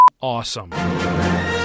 awesome